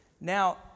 Now